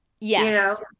Yes